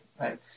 right